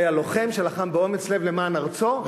הוא היה לוחם שלחם באומץ לב למען ארצו.